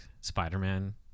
Spider-Man